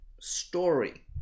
story